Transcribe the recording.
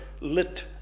lit